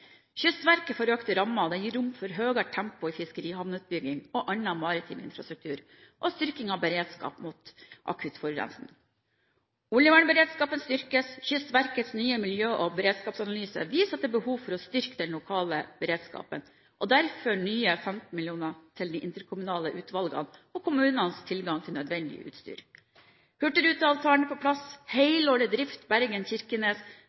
Kystverket får økte rammer, og det gir rom for høyere tempo i fiskerihavneutbygging og annen maritim infrastruktur og styrking av beredskap mot akutt forurensning. Oljevernberedskapen styrkes. Kystverkets nye miljø- og beredskapsanalyse viser at det er behov for å styrke den lokale beredskapen – derfor nye 15 mill. kr til de interkommunale utvalgene og kommunenes tilgang til nødvendig utstyr. Hurtigruteavtalen er på plass – helårig drift Bergen– Kirkenes